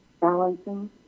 balancing